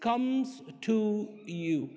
comes to you